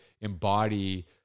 embody